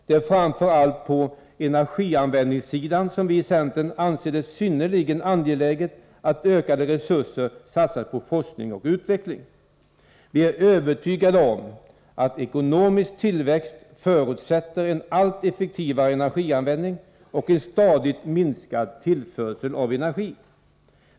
Det är framför allt på energianvändningssidan som vi i centern anser det synnerligen angeläget att ökade resurser satsas på forskning och utveckling. Vi är övertygade om att ekonomisk tillväxt förutsätter en allt effektivare energianvändning och en stadigt minskad tillförsel av energi.